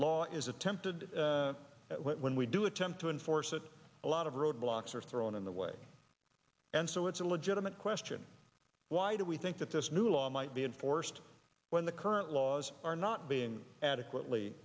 law is attempted when we do attempt to enforce it a lot of roadblocks are thrown in the way and so it's a legitimate question why do we think that this new law might be enforced when the current laws are not being adequately